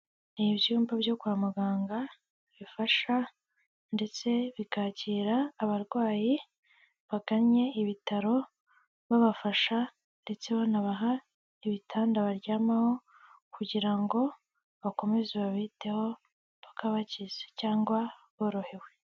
Ni ibyumba byo kwa muganga bifasha ndetse bikakira abarwayi bagannye ibitaro, babafasha ndetse banabaha ibitanda baryamaho kugira ngo bakomeze babiteho paka bakize cyangwa borohewe.